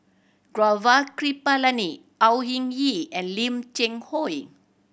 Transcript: Gaurav Kripalani Au Hing Yee and Lim Cheng Hoe